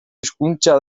hizkuntza